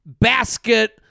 basket